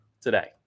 today